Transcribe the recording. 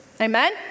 Amen